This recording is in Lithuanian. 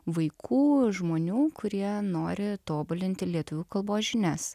vaikų žmonių kurie nori tobulinti lietuvių kalbos žinias